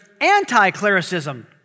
anti-clericism